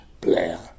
Blair